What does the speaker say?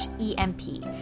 E-M-P